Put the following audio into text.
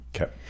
okay